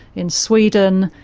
in sweden.